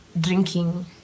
drinking